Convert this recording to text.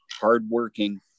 hardworking